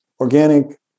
organic